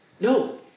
No